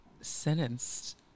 sentenced